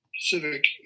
civic